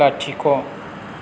लाथिख'